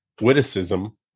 witticism